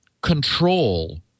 control